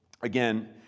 again